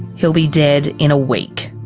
he'll be dead in a week.